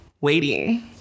waiting